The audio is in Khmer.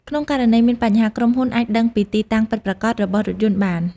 ក្នុងករណីមានបញ្ហា ក្រុមហ៊ុនអាចដឹងពីទីតាំងពិតប្រាកដរបស់រថយន្តបាន។